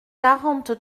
quarante